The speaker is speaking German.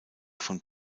von